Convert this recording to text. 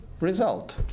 result